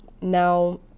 Now